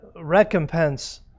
recompense